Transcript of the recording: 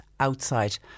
Outside